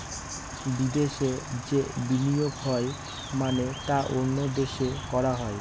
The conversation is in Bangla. বিদেশে যে বিনিয়োগ হয় মানে তা অন্য দেশে করা হয়